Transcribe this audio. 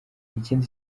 ikindi